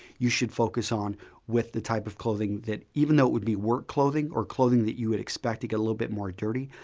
you should focus on with the type of clothing that even though it would be work clothing or clothing that you would expect to get a little bit more dirty,